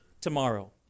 tomorrow